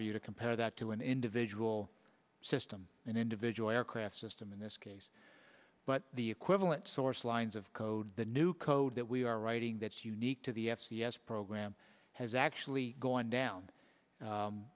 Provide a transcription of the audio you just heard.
view to compare that to an individual system an individual aircraft system in this case but the equivalent source lines of code the new code that we are writing that's unique to the f c s program has actually gone down